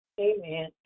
Amen